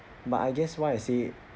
but I guess why I say